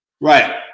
Right